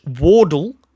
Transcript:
Wardle